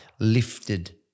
lifted